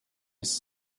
his